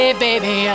baby